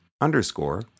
underscore